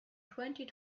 twenty